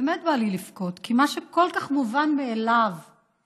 באמת בא לי לבכות, כי מה שכל כך מובן מאליו לנו,